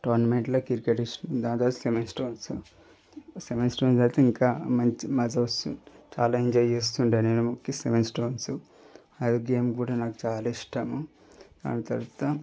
టోర్నమెంట్లో క్రికెట్ ఇష్టం దాని తర్వాత సెమిస్ట్రాన్స్ సెమిస్ట్రాన్స్ అయితే ఇంకా మంచి మజా వస్తుండే చాలా ఎంజాయ్ చేస్తుండే నేను సెమిస్ట్రాన్స్ ఆ గేమ్ కూడ నాకు చాలా ఇష్టము ఆ తరవాత